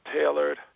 tailored